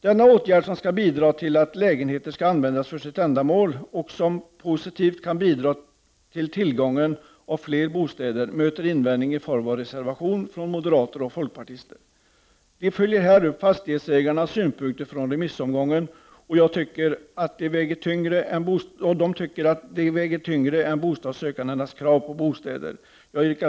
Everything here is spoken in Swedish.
Denna åtgärd, som skall bidra till att lägenheter skall användas för sitt ändamål och som positivt kan bidra till tillgången av fler bostäder, möter invändning i form av reservation från moderater och folkpartister. De följer här upp fastighetsägarnas synpunkter från remissomgången och tycker att de väger tyngre än de bostadssökandes krav på bostäder. Jag yrkar avslag på Prot. 1989/90:45 den reservationen.